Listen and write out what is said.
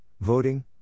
voting